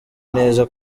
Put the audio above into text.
neza